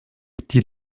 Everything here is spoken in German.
die